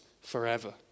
forever